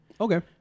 Okay